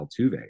Altuve